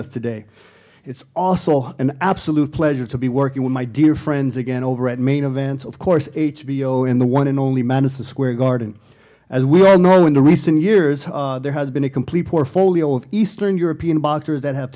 us today it's also an absolute pleasure to be working with my dear friends again over at main events of course h b o in the one and only madison square garden as we all know in the recent years there has been a complete portfolio of eastern european boxers that ha